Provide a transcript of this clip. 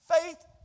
Faith